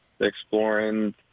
exploring